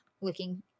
looking